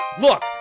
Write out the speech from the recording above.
Look